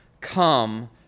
come